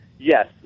Yes